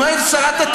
אנשי השב"כ גיבורים.